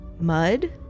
mud